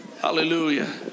Hallelujah